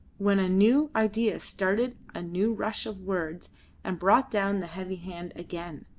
when a new idea started a new rush of words and brought down the heavy hand again.